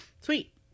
Sweet